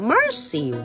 Mercy